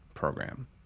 program